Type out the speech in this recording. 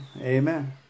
Amen